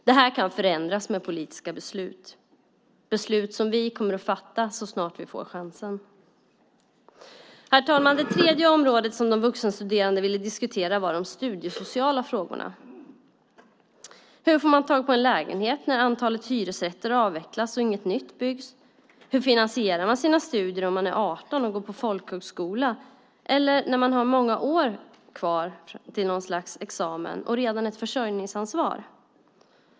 Det här kan förändras med politiska beslut, beslut som vi kommer att fatta så snart vi får chansen. Herr talman! Ett annat område som de vuxenstuderande ville diskutera var de studiesociala frågorna. Hur får man tag på en lägenhet när antalet hyresrätter minskar och inget nytt byggs? Hur finansierar man sina studier om man är 18 år och går på folkhögskola eller om man har många år kvar till något slags examen och redan har ett försörjningsansvar?